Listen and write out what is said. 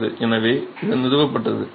எனவே இது நிறுவப்பட்டது